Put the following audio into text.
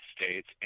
States